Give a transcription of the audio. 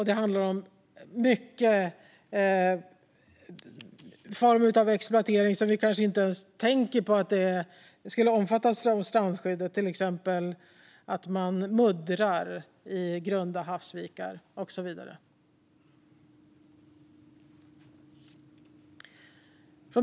Det handlar också om många former av exploatering som vi kanske inte ens tänker på skulle omfattas av strandskyddet, till exempel när det gäller att muddra i grunda havsvikar och så vidare.